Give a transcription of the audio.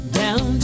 down